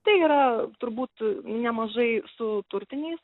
tai yra turbūt nemažai su turtiniais